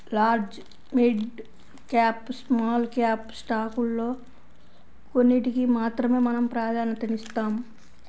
large, mid cap, small cap స్టాకుల్లో కొన్నిటికి మాత్రమే మనం ప్రాధన్యతనిస్తాం